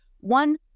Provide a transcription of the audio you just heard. one